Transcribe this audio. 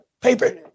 paper